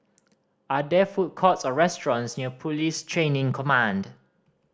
are there food courts or restaurants near Police Training Command